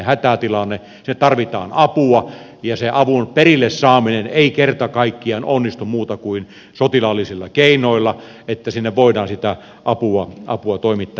sinne tarvitaan apua ja sen avun perille saaminen ei kerta kaikkiaan onnistu muuta kuin sotilaallisilla keinoilla se että sinne voidaan sitä apua toimittaa